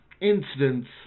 incidents